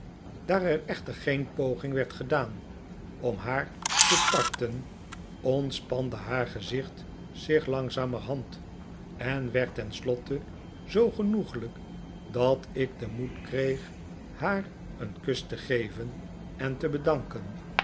daar er echter geen poging werd gedaan om haar te tarten ontspande haar gezicht zich langzamerhand en werd ten slotte zoo genoeglijk dat ik den moed kreeg haar een kus te geven en te bedanken